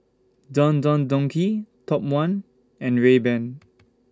Don Don Donki Top one and Rayban